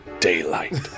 daylight